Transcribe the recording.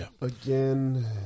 Again